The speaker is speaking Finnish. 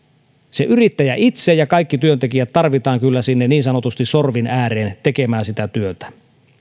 se yrittäjä itse ja kaikki työntekijät tarvitaan kyllä niin sanotusti sinne sorvin ääreen tekemään sitä työtä